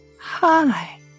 Hi